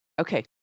okay